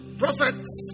prophets